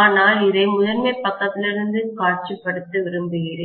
ஆனால் இதை முதன்மை பக்கத்திலிருந்து காட்சிப்படுத்த விரும்புகிறேன்